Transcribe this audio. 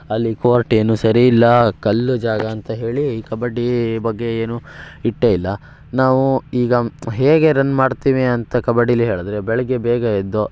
ಅಲ್ಲಿ ಕೋರ್ಟ್ ಏನೂ ಸರಿ ಇಲ್ಲ ಕಲ್ಲು ಜಾಗ ಅಂತ ಹೇಳಿ ಕಬಡ್ಡಿ ಬಗ್ಗೆ ಏನು ಇಟ್ಟೇ ಇಲ್ಲ ನಾವು ಈಗ ಹೇಗೆ ರನ್ ಮಾಡ್ತೀವಿ ಅಂತ ಕಬಡ್ಡೀಲ್ಲಿ ಹೇಳಿದ್ರೆ ಬೆಳಿಗ್ಗೆ ಬೇಗ ಎದ್ದು